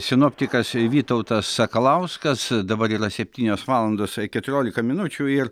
sinoptikas vytautas sakalauskas dabar yra septynios valandos keturiolika minučių ir